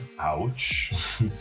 Ouch